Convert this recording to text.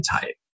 type